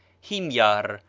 himyar,